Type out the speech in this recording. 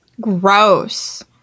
Gross